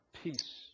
peace